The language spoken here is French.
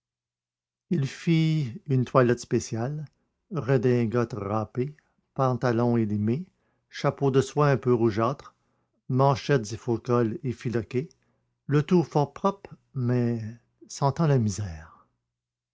il fit une toilette spéciale redingote râpée pantalon élimé chapeau de soie un peu rougeâtre manchettes et faux-cols effiloqués le tout fort propre mais sentant la misère